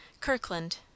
Kirkland